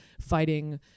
fighting